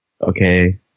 okay